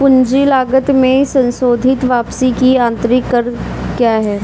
पूंजी लागत में संशोधित वापसी की आंतरिक दर क्या है?